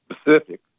specific